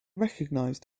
recognized